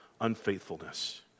unfaithfulness